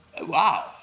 Wow